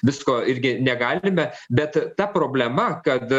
visko irgi negalime bet ta problema kad